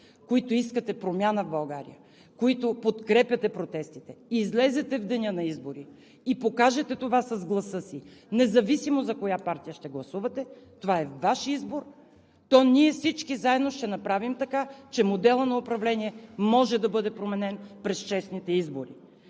които искате промяна в България, които подкрепяте протестите, излезете в деня на избори и покажете това с гласа си – независимо за коя партия ще гласувате, това е Ваш избор – то ние всички заедно ще направим така, че моделът на управление може да бъде променен през честните избори.